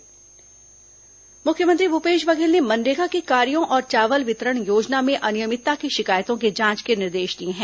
जनचौपाल मुख्यमंत्री भूपेश बघेल ने मनरेगा के कार्यो और चावल वितरण योजना में अनियमितता की शिकायतों के जांच के निर्देश दिए हैं